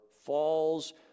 falls